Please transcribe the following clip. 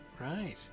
right